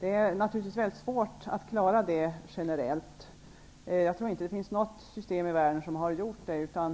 Det är naturligtvis mycket svårt att klara av detta generellt. Jag tror inte att det finns något system i världen som har gjort detta.